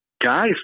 guys